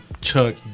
Chuck